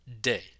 day